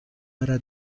era